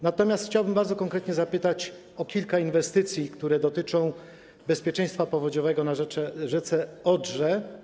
Natomiast chciałbym bardzo konkretnie zapytać o kilka inwestycji, które dotyczą bezpieczeństwa powodziowego na rzece Odrze.